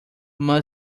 mas